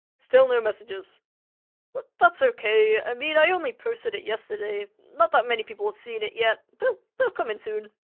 still no messages but that's okay i ah mean i only posted it yesterday not that many people have seen it yet they'll they'll come in soon